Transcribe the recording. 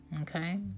Okay